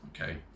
Okay